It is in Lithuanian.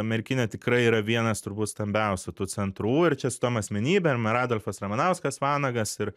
merkinė tikrai yra vienas turbūt stambiausių tų centrų ir čia su tom asmenybėm ir adolfas ramanauskas vanagas ir